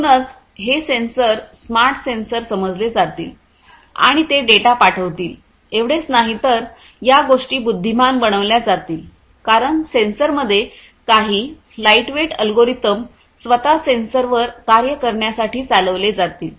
म्हणूनच हे sensor smart sensor समजले जातील आणि ते डेटा पाठवतील एवढेच नाही तर या गोष्टी बुद्धिमान बनल्या जातील कारण सेन्सरमध्ये काही लाइटवेट अल्गोरिदम स्वत सेन्सॉरवर कार्य करण्यासाठी चालवले जातील